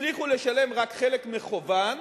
הצליחו לשלם רק חלק מחובן,